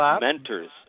mentors